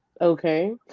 okay